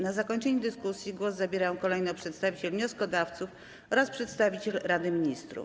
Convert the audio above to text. Na zakończenie dyskusji głos zabierają kolejno przedstawiciel wnioskodawców oraz przedstawiciel Rady Ministrów.